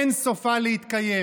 אין סופה להתקיים.